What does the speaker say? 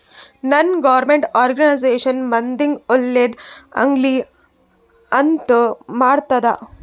ನಾನ್ government organisation ಮಂದಿಗ್ ಒಳ್ಳೇದ್ ಆಗ್ಲಿ ಅಂತ್ ಮಾಡ್ತುದ್